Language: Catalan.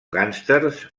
gàngsters